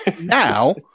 Now